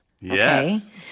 Yes